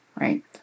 right